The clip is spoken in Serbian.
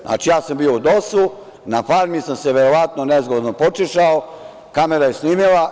Znači, ja sam bio u DOS-u, na „Farmi“ sam se verovatno nezgodno počešao, kamera je snimila.